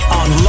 on